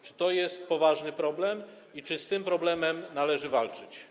Czy to jest poważny problem i czy z tym problemem należy walczyć?